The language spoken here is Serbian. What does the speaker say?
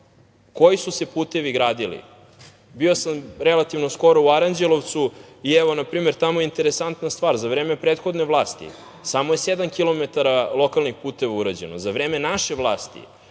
Koji su se putevi gradili? Bio sam relativno skoro u Aranđelovcu i tamo je interesantna stvar. Za vreme prethodne vlasti, samo je sedam kilometara lokalnih puteva urađeno. Za vreme naše vlasti